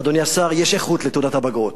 אדוני השר, יש איכות לתעודת הבגרות.